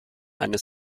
eine